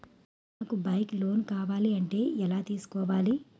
నాకు bike loan కావాలంటే ఎలా తీసుకోవాలి?